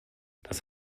das